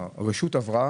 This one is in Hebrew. הרשות עברה